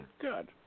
Good